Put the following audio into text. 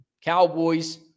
Cowboys